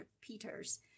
Peters